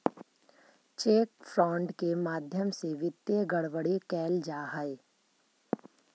cheque fraud के माध्यम से वित्तीय गड़बड़ी कैल जा हइ